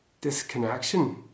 disconnection